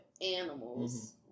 animals